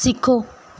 ਸਿੱਖੋ